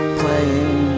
playing